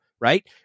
right